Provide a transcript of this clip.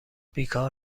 بیکار